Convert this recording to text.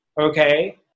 okay